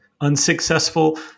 unsuccessful